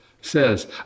says